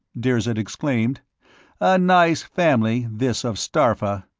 dirzed exclaimed. a nice family, this of starpha!